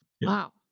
Wow